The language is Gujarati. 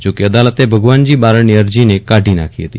જો કે અદાલતે ભગવાનજી બારડની અરજીને કાઢી નાંખી હતી